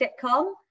sitcom